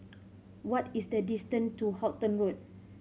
what is the distance to Halton Road